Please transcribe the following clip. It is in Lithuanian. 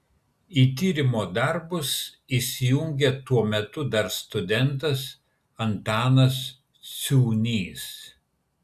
į tyrimo darbus įsijungė tuo metu dar studentas antanas ciūnys